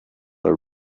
are